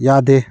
ꯌꯥꯗꯦ